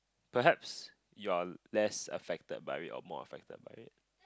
perhaps you are less affected by it or more affected by it